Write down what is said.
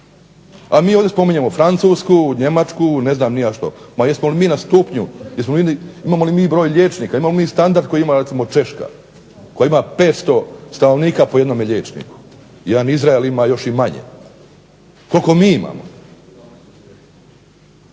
A mi ovdje spominjemo Francusku, Njemačku, ne znam ni ja što. Ma jesmo li mi na stupnju, imamo li mi broj liječnika, imamo li standard koji ima recimo Češka koja ima 500 stanovnika po jednome liječniku, jedan Izrael ima još i manje. Koliko mi imamo?